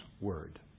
Word